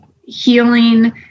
healing